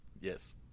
yes